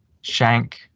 shank